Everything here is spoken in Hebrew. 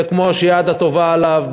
וכמו שהיד הטובה עליו,